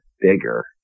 bigger